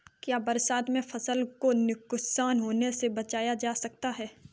क्या बरसात में फसल को नुकसान होने से बचाया जा सकता है?